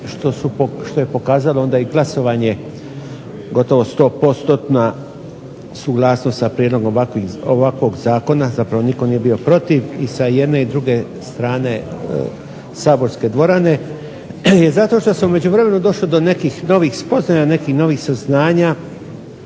što je pokazalo onda i glasovanje gotovo 100%-na suglasnost sa prijedlogom ovakvog zakona, zapravo nitko nije bio protiv i sa jedne i druge strane saborske dvorane je zato što sam u međuvremenu došao do nekih novih spoznaja, nekih novih saznanja